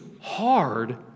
hard